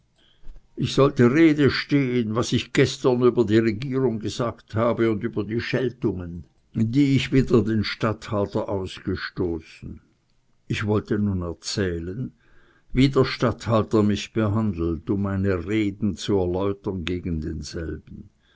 ich sollte rede stehen was ich gestern über die regierung gesagt habe über die scheltungen die ich wieder gegen den statthalter ausgestoßen ich wollte nun erzählen wie der statthalter mich behandelt um meine reden zu erläutern gegen denselben